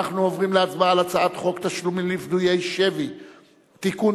אנחנו עוברים להצבעה על הצעת חוק תשלומים לפדויי שבי (תיקון,